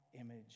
image